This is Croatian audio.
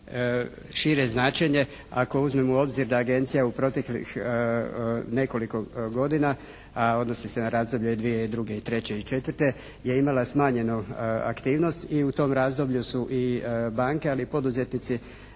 šire značenje ako uzmemo u obzir da agencija u proteklih nekoliko godina, a odnosi se na razdoblje 2002., 2003. i 2004. je imala smanjenu aktivnost i u tom razdoblju su i banke ali i poduzetnici